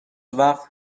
وقت